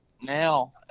now